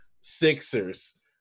Sixers